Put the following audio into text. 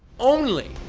only.